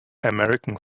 american